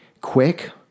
quick